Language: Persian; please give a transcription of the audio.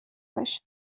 بشه